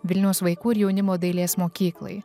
vilniaus vaikų ir jaunimo dailės mokyklai